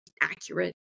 accurate